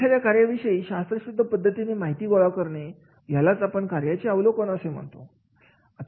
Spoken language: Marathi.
एखाद्या कार्याविषयी शास्त्रशुद्ध पद्धतीने माहिती गोळा करणे यालाच आपण कार्याचे अवलोकन असे म्हणतो